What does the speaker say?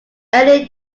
early